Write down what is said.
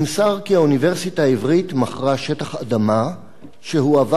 נמסר כי האוניברסיטה העברית מכרה שטח אדמה שהועבר